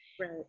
right